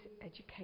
education